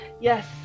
yes